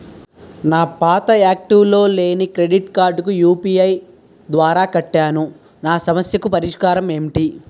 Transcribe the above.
నా పాత యాక్టివ్ లో లేని క్రెడిట్ కార్డుకు యు.పి.ఐ ద్వారా కట్టాను నా సమస్యకు పరిష్కారం ఎంటి?